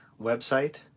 Website